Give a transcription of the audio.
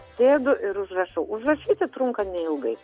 sėdu ir užrašau užrašyti trunka neilgai